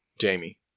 Jamie